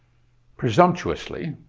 presumptuously,